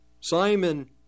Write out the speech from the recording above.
Simon